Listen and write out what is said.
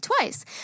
twice